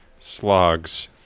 slogs